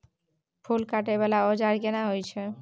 फूस काटय वाला औजार केना होय छै?